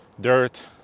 dirt